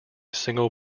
single